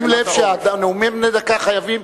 נא לשים לב שנאומים בני דקה חייבים,